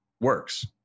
works